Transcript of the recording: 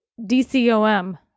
DCOM